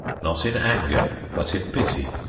not in anger but in pity,